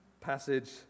passage